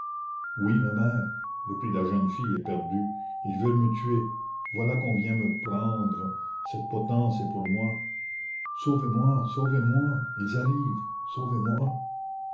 oui ma mère reprit la jeune fille éperdue ils veulent me tuer voilà qu'on vient me prendre cette potence est pour moi sauvez-moi sauvez-moi ils arrivent sauvez-moi